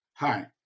Hi